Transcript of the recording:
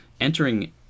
entering